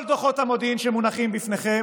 כל דוחות המודיעין שמונחים בפניכם